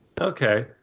Okay